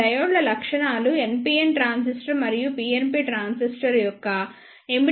ఈ డయోడ్ల లక్షణాలు NPN ట్రాన్సిస్టర్ మరియు PNP ట్రాన్సిస్టర్ యొక్క ఎమిటర్ బేస్ జంక్షన్ను పోలి ఉంటాయి